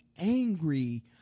angry